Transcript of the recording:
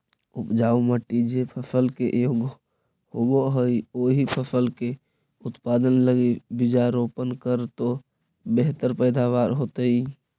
उपजाऊ मट्टी जे फसल के योग्य होवऽ हई, ओही फसल के उत्पादन लगी बीजारोपण करऽ तो बेहतर पैदावार होतइ